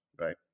right